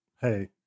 hey